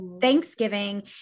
Thanksgiving